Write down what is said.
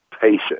patient